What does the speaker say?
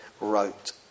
wrote